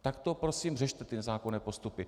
Tak prosím řešte ty nezákonné postupy.